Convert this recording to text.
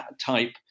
type